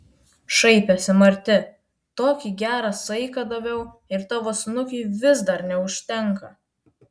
šaipėsi marti tokį gerą saiką daviau ir tavo snukiui vis dar neužtenka